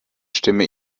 stimme